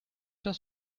does